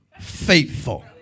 faithful